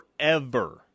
forever